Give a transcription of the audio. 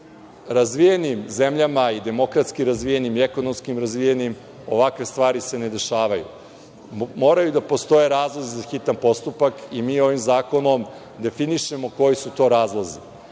razvijenim zemljama, i demokratski i ekonomski razvijenim, ovakve stvari se ne dešavaju. Moraju da postoje razlozi za hitan postupak i mi ovim zakonom definišemo koji su to razlozi.